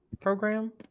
program